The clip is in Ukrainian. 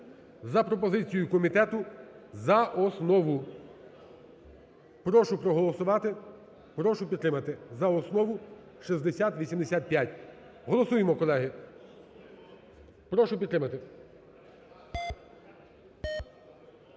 за пропозицією комітету за основу. Прошу проголосувати, прошу підтримати за основу 6085. Голосуємо, колеги. Прошу підтримати.